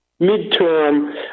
midterm